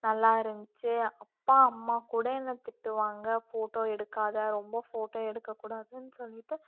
நல்லா இருந்துச்சு அப்பா அம்மாக்கூட என்னை திட்டுவாங்க ஃபோட்டோ எடுக்காதே ரொம்ப ஃபோட்டோ எடுக்கக்கூடாதுனு சொல்லிகிட்டு